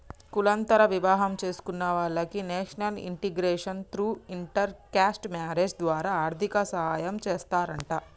కులాంతర వివాహం చేసుకున్న వాలకి national integration through inter caste marriage ద్వారా ఆర్థిక సాయం చేస్తారంట